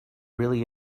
really